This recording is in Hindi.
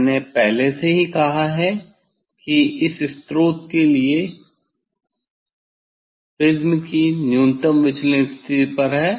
मैंने पहले से ही कहा है कि इस स्रोत के लिए प्रिज्म न्यूनतम विचलन स्थिति पर है